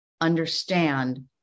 understand